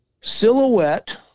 silhouette